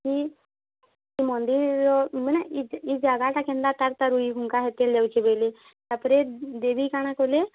ଇ ମନ୍ଦିର୍ମାନେ ଇ ଜାଗାଟା କେନ୍ତା ତା'ର୍ ତା'ର୍ ଉଇ ହୁଙ୍କା ହେଇତେଲ୍ ଯାଉଛେ ବୋଇଲେ ତାପ୍ରେ ଦେବୀ କାଣା କଲେ